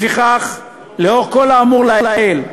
לפיכך, לאור כל האמור לעיל,